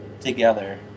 together